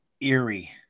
eerie